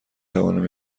توانم